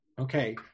okay